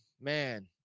man